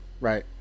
right